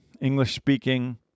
english-speaking